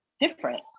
different